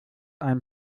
ein